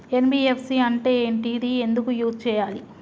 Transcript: NBFC అంటే ఏంటిది ఎందుకు యూజ్ చేయాలి?